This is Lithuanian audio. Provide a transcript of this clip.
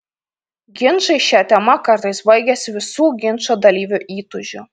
ginčai šia tema kartais baigiasi visų ginčo dalyvių įtūžiu